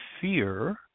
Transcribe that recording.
fear